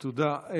תודה.